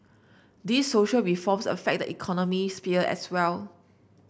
these social reforms affect the economic sphere as well